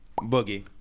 Boogie